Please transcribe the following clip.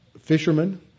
fishermen